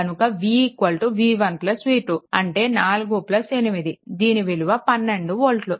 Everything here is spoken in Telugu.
కనుక v v1 v2 అంటే 4 8 దీని విలువ 12 వోల్ట్లు